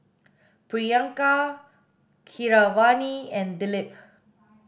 Priyanka Keeravani and Dilip